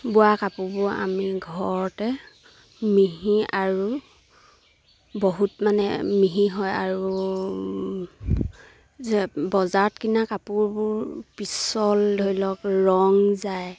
বোৱা কাপোৰবোৰ আমি ঘৰতে মিহি আৰু বহুত মানে মিহি হয় আৰু বজাৰত কিনা কাপোৰবোৰ পিছল ধৰি লওক ৰং যায়